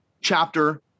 chapter